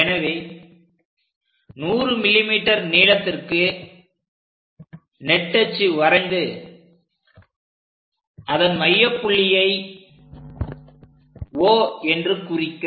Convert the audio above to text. எனவே 100 mm நீளத்திற்கு நெட்டச்சு வரைந்து அதன் மையப் புள்ளியை O என்று குறிக்க